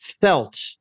felt